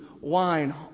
wine